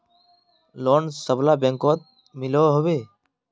Loan सबला बैंकोत मिलोहो होबे?